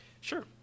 sure